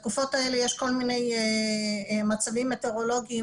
בתקופות האלה יש כל מיני מצבים מטאורולוגיים